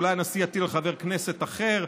אולי הנשיא יטיל על חבר כנסת אחר,